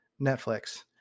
Netflix